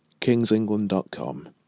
kingsengland.com